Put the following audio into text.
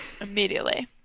immediately